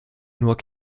nur